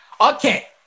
Okay